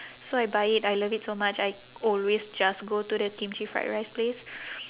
so I buy it I love it so much I always just go to the kimchi fried rice place